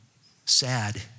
sad